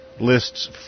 lists